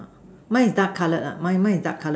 mine is dark colored ah mine mine is dark colored